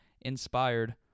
inspired